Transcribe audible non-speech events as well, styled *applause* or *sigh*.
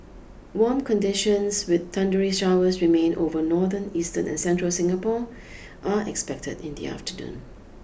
warm conditions with thundery showers remain over northern eastern and central Singapore *noise* are expected in the afternoon